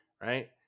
Right